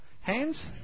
hands